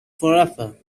forever